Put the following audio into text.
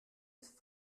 ist